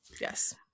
yes